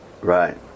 Right